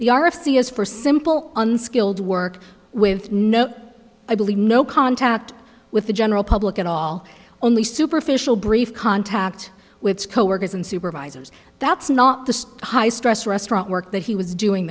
simple unskilled work with no i believe no contact with the general public at all only superficial brief contact with coworkers and supervisors that's not the high stress restaurant work that he was doing